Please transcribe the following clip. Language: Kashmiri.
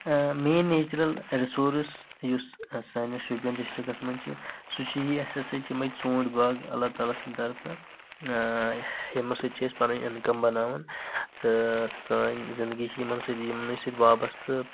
مین نیچرل رسورس یُس سٲنِس شُپین ڈسٹرکٹس منٛز چھِ سُہ چھِ یہِ اسہِ ہسا چھِ یِمٕے ژوٗنٛٹھۍ باغ اللہ تعالیٰ سٕنٛدِ طرفہٕ یِمو سۭتۍ چھِ أسۍ پنٕنۍ اِن کم بناوان تہٕ سٲنۍ زندگی چھِ یِمن سۭتۍ یِمنٕے سۭتۍ وابستہٕ